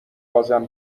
بازم